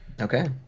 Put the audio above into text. okay